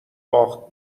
باخت